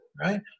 Right